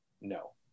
no